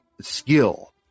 skill